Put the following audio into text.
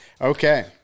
Okay